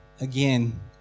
again